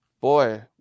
boy